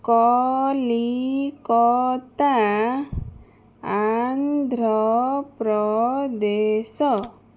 Calcutta Andhra Pradesh